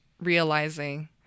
realizing